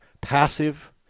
passive